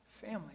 family